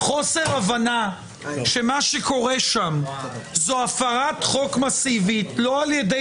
חוסר הבנה שמה שקורה שם הוא בבחינת הפרת חוק מסיבית על ידי